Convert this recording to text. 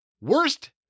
Worst